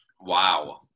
Wow